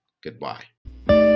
Goodbye